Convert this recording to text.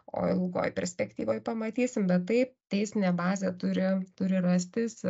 o ilgoj perspektyvoj pamatysim bet taip teisinė bazė turi turi rastis